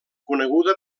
coneguda